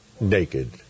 Naked